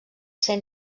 ser